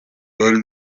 bari